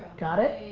got it?